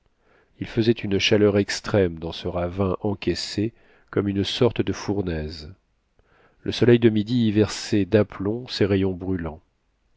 il faisait une chaleur extrême dans ce ravin encaissé comme une sorte de fournaise le soleil de midi y versait d'aplomb ses rayons brûlants